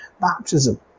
baptism